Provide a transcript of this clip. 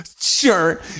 sure